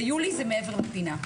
ויולי זה מעבר לפינה.